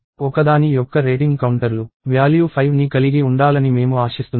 ఒకదాని యొక్క రేటింగ్ కౌంటర్లు వ్యాల్యూ 5ని కలిగి ఉండాలని మేము ఆశిస్తున్నాము